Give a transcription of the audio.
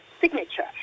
signature